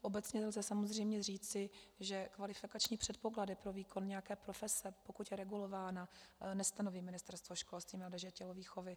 Obecně lze samozřejmě říci, že kvalifikační předpoklady pro výkon nějaké profese, pokud je regulována, nestanoví Ministerstvo školství, mládeže a tělovýchovy.